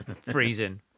freezing